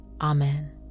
Amen